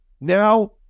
Now